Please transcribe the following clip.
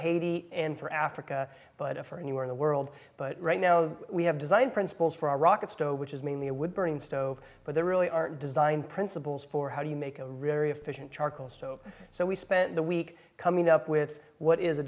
haiti and for africa but for anywhere in the world but right now we have design principles for a rocket stove which is mainly a wood burning stove but there really are design principles for how do you make a really efficient charcoal soap so we spent the week coming up with what is a